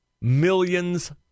millions